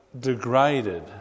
degraded